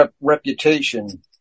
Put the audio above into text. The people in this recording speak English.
reputation